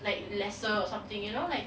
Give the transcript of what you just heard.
like lesser or something you know like